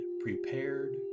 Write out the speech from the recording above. prepared